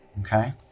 Okay